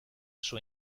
suo